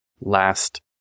last